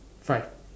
five